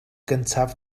gyntaf